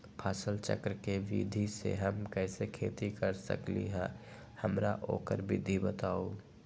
फसल चक्र के विधि से हम कैसे खेती कर सकलि ह हमरा ओकर विधि बताउ?